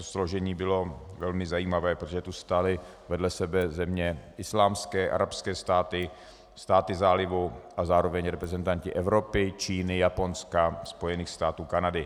Složení bylo samozřejmě velmi zajímavé, protože tu stály vedle sebe země islámské, arabské státy, státy Zálivu a zároveň reprezentanti Evropy, Číny, Japonska, Spojených států, Kanady.